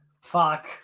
Fuck